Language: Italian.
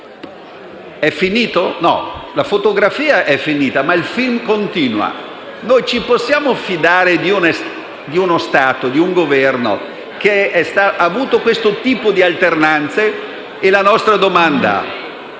È finito? No. La fotografia è finita, ma il film continua. Ci possiamo fidare di uno Stato, di un Governo che ha avuto questo tipo di alternanze? E la nostra domanda